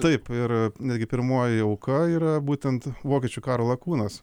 taip ir netgi pirmoji auka yra būtent vokiečių karo lakūnas